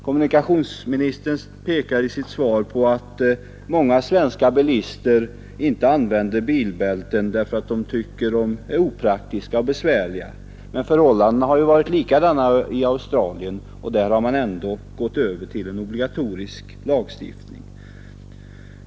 Kommunikationsministern pekar i sitt svar på att många svenska bilister inte använder bilbälten därför att de tycker dessa är opraktiska och besvärliga, men förhållandena har ju varit likadana i Australien, och där har man ändå gått över till en obligatorisk lagstiftning.